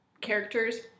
characters